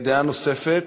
דעה נוספת,